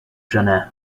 janet